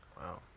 Wow